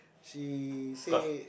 she said